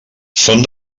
són